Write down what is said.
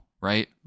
right